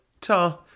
Ta